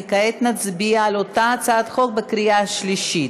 וכעת נצביע על אותה הצעת חוק בקריאה שלישית.